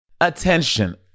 Attention